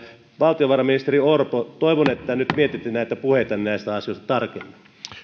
valtiovarainministeri orpo toivon että nyt mietitte näitä puheitanne näistä asioista tarkemmin